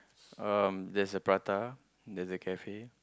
um there's a prata there's a cafe